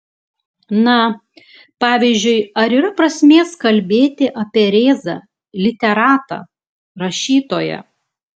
na pavyzdžiui ar yra prasmės kalbėti apie rėzą literatą rašytoją